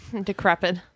Decrepit